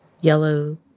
yellow